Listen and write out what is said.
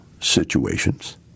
situations